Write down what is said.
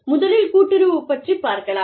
முதலில் கூட்டுறவு பற்றிப் பார்க்கலாம்